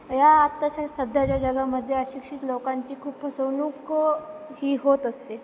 या आत्ताच्या सध्याच्या जगामध्ये अशिक्षित लोकांची खूप फसवणूक ही होत असते